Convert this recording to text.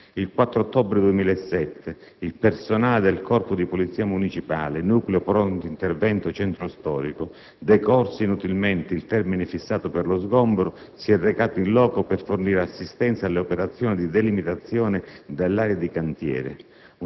Il 4 ottobre 2007 il personale del Corpo della Polizia municipale-Nucleo pronto intervento centro storico, decorso inutilmente il termine fissato per lo sgombero, si è recato *in loco* per fornire assistenza alle operazioni di delimitazione dell'area di cantiere;